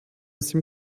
sim